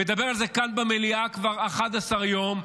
אני מדבר על זה כאן במליאה כבר 11 יום.